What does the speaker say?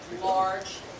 large